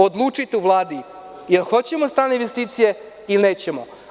Odlučite u Vladi da li hoćemo strane investicije ili nećemo.